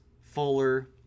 Fuller